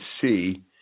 see